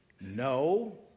no